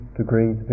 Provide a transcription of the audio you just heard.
degrees